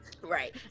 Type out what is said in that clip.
Right